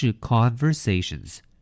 conversations